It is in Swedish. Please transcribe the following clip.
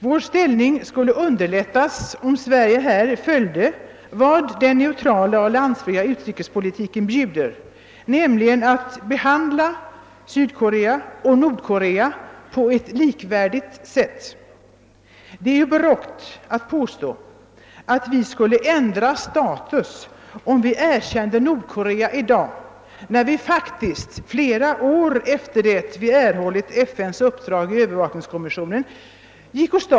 Vår ställning skulle underlättas om Sverige i detta avseende följde vad den neutrala och alliansfria utrikespolitiken bjuder, nämligen att behandla Sydkorea och Nordkorea på ett likvärdigt sätt. Det är ju barockt att påstå att vi skulle ändra status, om vi erkände Nordkorea i dag, mot bakgrunden av att vi faktiskt erkände Sydkorea flera år efter det att vi erhållit FN:s uppdrag att ingå i övervakningskommissionen.